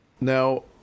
now